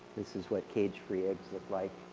this is what cage free eggs look like.